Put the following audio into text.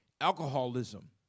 Alcoholism